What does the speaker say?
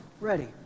ready